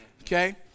Okay